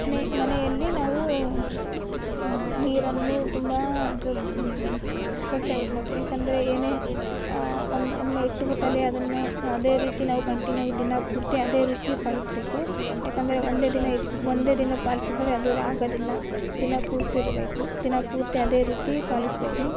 ಮನೆ ಮನೆಯಲ್ಲಿ ನಾವು ನೀರನ್ನು ತುಂಬ ಜೋಪ ಸ್ವಚ್ಛ ಇಟ್ಕೊಳ್ತೇವೆ ಯಾಕೆಂದ್ರೆ ಏನೇ ಒಮ್ಮೆ ಇಟ್ತುಬಿಟ್ಟಲ್ಲೆ ಅದನ್ನು ಅದೇ ರೀತಿ ನಾವು ಕಂಟಿನ್ಯೂ ದಿನ ಪೂರ್ತಿ ಅದೇ ರೀತಿ ಪಾಲಿಸಬೇಕು ಯಾಕೆಂದ್ರೆ ಒಂದೇ ದಿನ ಇಟ್ಟು ಒಂದೇ ದಿನ ಪಾಲಿಸಿದ್ರೆ ಅದು ಆಗೋದಿಲ್ಲ ದಿನ ಪೂರ್ತಿ ಇರಬೇಕು ದಿನ ಪೂರ್ತಿ ಅದೇ ರೀತಿ ಪಾಲಿಸಬೇಕು